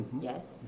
Yes